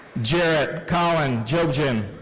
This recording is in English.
jarrett collin jobgen.